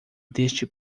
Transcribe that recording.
deste